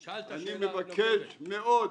אני מבקש מאוד,